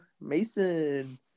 Mason